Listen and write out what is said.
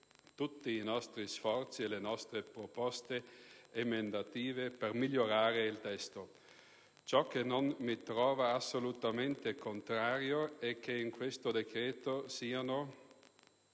tutti i nostri sforzi e le nostre proposte emendative per migliorare il testo. Ciò che mi trova assolutamente contrario è che in questo decreto siano